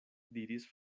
diris